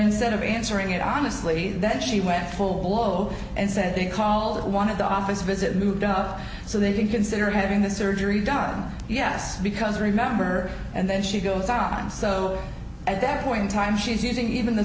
instead of answering it honestly then she went full of hope and said they called it one of the office visit moved up so they can consider having the surgery done yes because remember and then she goes on and so at that point in time she's using even the